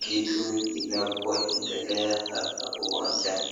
kitu inapoendelea hapa uwanjani.